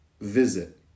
visit